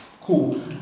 cool